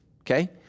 okay